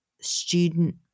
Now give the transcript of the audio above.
student